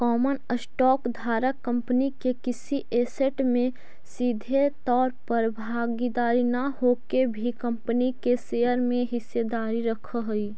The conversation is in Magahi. कॉमन स्टॉक धारक कंपनी के किसी ऐसेट में सीधे तौर पर भागीदार न होके भी कंपनी के शेयर में हिस्सेदारी रखऽ हइ